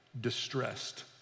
distressed